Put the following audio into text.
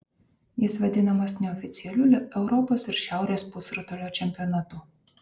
jis vadinamas neoficialiu europos ir šiaurės pusrutulio čempionatu